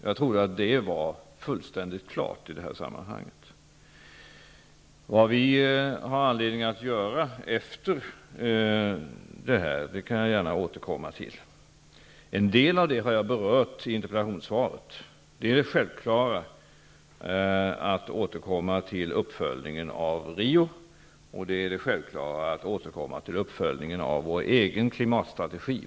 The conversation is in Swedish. Jag trodde att det stod fullständigt klart i det här sammanhanget. Det vi har anledning att göra härefter kan jag gärna återkomma till. En del av det har jag berört i interpellationssvaret. Det är det självklara att vi skall återkomma till uppföljningen av Rio och det självklara att vi mot denna bakgrund skall återkomma till uppföljningen av vår egen klimatstrategi.